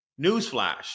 Newsflash